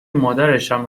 مادرشم